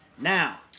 Now